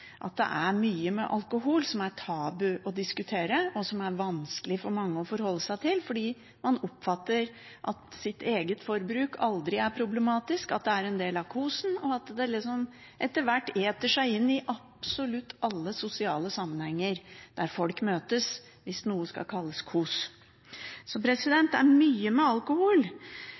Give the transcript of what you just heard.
at det er mye med alkohol som det er tabu å diskutere, og som det er vanskelig for mange å forholde seg til, fordi man oppfatter at sitt eget forbruk aldri er problematisk, at det er en del av kosen, og at det etter hvert eter seg inn i absolutt alle sosiale sammenhenger der folk møtes, hvis noe skal kalles kos. Så det er mye med alkohol,